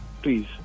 Please